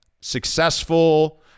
successful